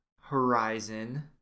horizon